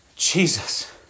Jesus